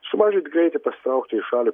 sumažint greitį pasitraukti į šalį